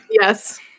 Yes